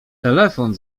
telefon